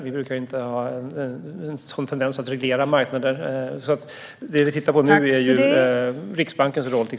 Vi brukar inte ha en sådan tendens att reglera marknader. Det vi tittar på nu är till exempel Riksbankens roll.